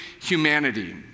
humanity